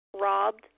robbed